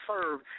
serve